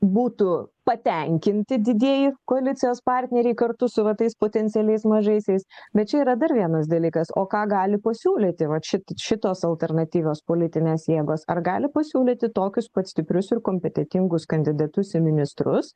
būtų patenkinti didieji koalicijos partneriai kartu su va tais potencialiais mažaisiais bet čia yra dar vienas dalykas o ką gali pasiūlyti vat šit šitos alternatyvios politinės jėgos ar gali pasiūlyti tokius pat stiprius ir kompetentingus kandidatus į ministrus